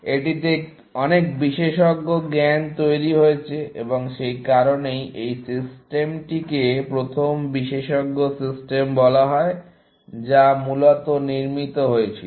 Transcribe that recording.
এটিতে অনেক বিশেষজ্ঞ জ্ঞান তৈরি হয়েছে এবং সেই কারণেই এই সিস্টেমটিকে প্রথম বিশেষজ্ঞ সিস্টেম বলা হয় যা মূলত নির্মিত হয়েছিল